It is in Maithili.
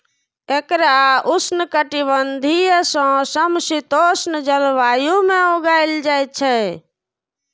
एकरा उष्णकटिबंधीय सं समशीतोष्ण जलवायु मे उगायल जाइ छै